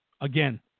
again